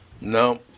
No